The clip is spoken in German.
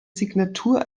signatur